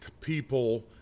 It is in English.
people